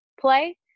play